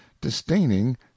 disdaining